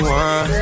one